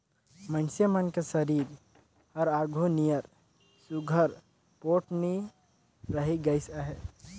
मइनसे मन कर सरीर हर आघु नियर सुग्घर पोठ नी रहि गइस अहे